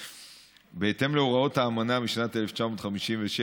בהתאם להוראות האמנה משנת 1957,